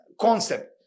concept